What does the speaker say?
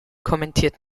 kommentiert